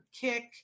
kick